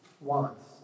wants